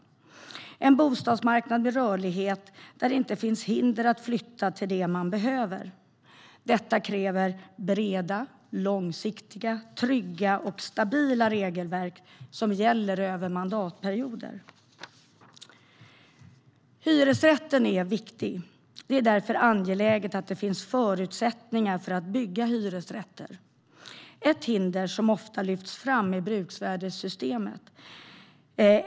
Vi vill se en bostadsmarknad med rörlighet där det inte finns hinder att flytta till det man behöver. Detta kräver breda, långsiktiga, trygga och stabila regelverk som gäller över mandatperioder. Hyresrätten är viktig. Det är därför angeläget att det finns förutsättningar för att bygga hyresrätter. Ett hinder som ofta lyfts fram är bruksvärdessystemet.